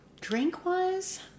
Drink-wise